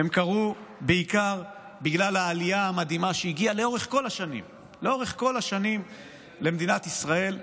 הם קרו בעיקר בגלל העלייה המדהימה שהגיעה לאורך כל השנים למדינת ישראל.